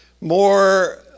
more